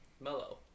mellow